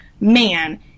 Man